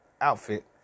outfit